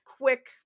quick